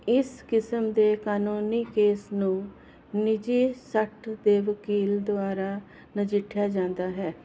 ਇਸ ਕਿਸਮ ਦੇ ਕਾਨੂੰਨੀ ਕੇਸ ਨੂੰ ਨਿੱਜੀ ਸੱਟ ਦੇ ਵਕੀਲ ਦੁਆਰਾ ਨਜਿੱਠਿਆ ਜਾਂਦਾ ਹੈ